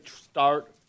start